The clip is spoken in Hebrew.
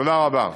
תודה רבה.